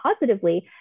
positively